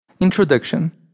Introduction